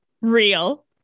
Real